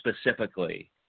specifically